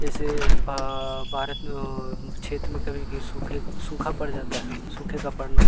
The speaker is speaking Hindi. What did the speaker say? जैसे भारत क्षेत्र में कभी कभी सूखे सूखा पड़ जाता है सूखे का पड़ना